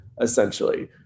essentially